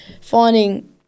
finding